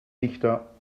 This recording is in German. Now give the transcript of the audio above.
dichter